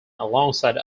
alongside